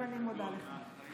גם אני מודה לך.